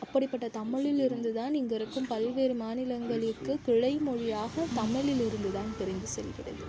அப்படிப்பட்ட தமிழில் இருந்துதான் இங்கருக்கும் பல்வேறு மாநிலங்களுக்கு கிளை மொழியாக தமிழில் இருந்துதான் பிரிந்து செல்கிறது